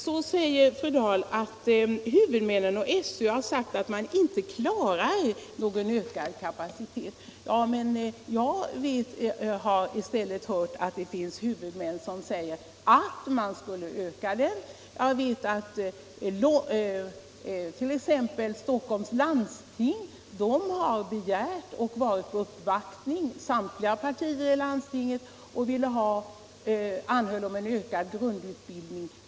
Så säger fru Dahl att huvudmännen och SÖ sagt att man inte klarar någon ökad kapacitet. Jag har tvärtom hört att det finns huvudmän som säger att man borde öka utbildningen. Samtliga partier i Stockholms läns landsting har begärt — och gjort en uppvaktning om — en ökad grundutbildning.